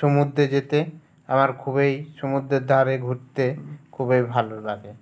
সমুদ্রে যেতে আমার খুবই সমুদ্রের ধারে ঘুরতে খুবই ভালো লাগে